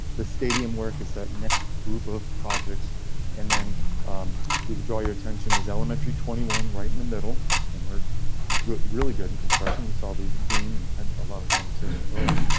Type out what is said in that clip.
the stadium work is that next group of projects and then to but draw your attention is elementary. twenty one right in the middle and we're really good in construction. you saw the beam and had a lot of conversation earlier.